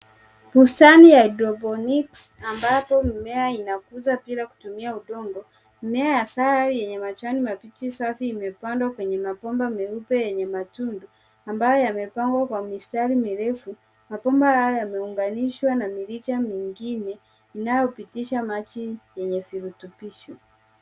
Bustani ya hydroponics ambapo mimea inakuzwa bila kutumia udongo. Mimea ya celery yenye majani mabichi, safi, imepandwa kwenye mabomba meupe yenye matundu ambayo yamepangwa kwa mistari mirefu. Mabomba haya yameunganishwa na mirija mingine, inayopitisha maji yenye virutumbisho.